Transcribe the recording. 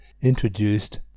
Introduced